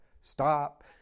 stop